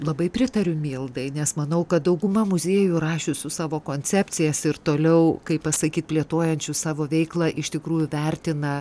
labai pritariu mildai nes manau kad dauguma muziejų rašiusių savo koncepcijas ir toliau kaip pasakyt plėtojančių savo veiklą iš tikrųjų vertina